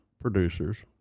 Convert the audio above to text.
producers